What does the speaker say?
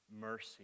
mercy